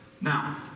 Now